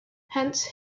hence